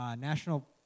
National